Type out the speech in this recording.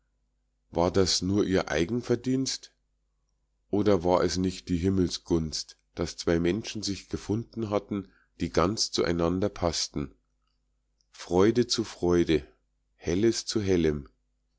war das nur ihr eigen verdienst oder war es nicht die himmelsgunst daß zwei menschen sich gefunden hatten die ganz zueinander paßten freude zur freude helles zu hellem